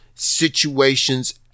situations